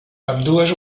ambdues